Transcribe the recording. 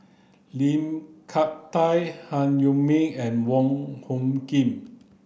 Lim Hak Tai Han Yong May and Wong Hung Khim